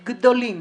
גדולים,